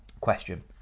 Question